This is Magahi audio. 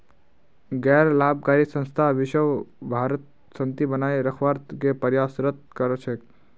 गैर लाभकारी संस्था विशव भरत शांति बनए रखवार के प्रयासरत कर छेक